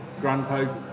Grandpa